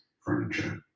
furniture